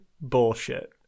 bullshit